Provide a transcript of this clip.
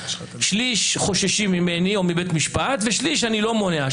בשליש חוששים ממני או מבית המשפט ושליש אני לא מונע,